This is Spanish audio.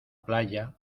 playa